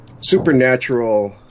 supernatural